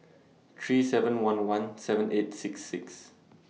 three seven one one seven eight six six